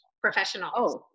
professionals